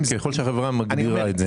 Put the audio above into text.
ככל שהחברה מגדירה את זה.